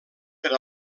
per